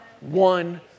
one